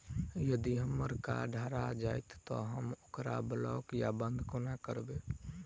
यदि हम्मर कार्ड हरा जाइत तऽ हम ओकरा ब्लॉक वा बंद कोना करेबै?